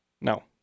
No